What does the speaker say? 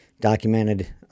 documented